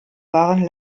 waren